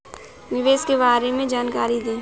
निवेश के बारे में जानकारी दें?